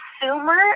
consumer